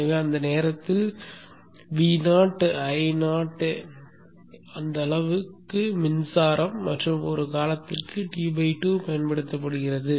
எனவே அந்த நேரத்தில் VoIo அந்த அளவுக்கு மின்சாரம் மற்றும் ஒரு காலத்திற்கு T2 பயன்படுத்தப்படுகிறது